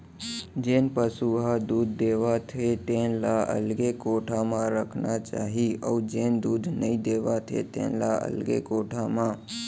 जेन पसु ह दूद देवत हे तेन ल अलगे कोठा म रखना चाही अउ जेन दूद नइ देवत हे तेन ल अलगे कोठा म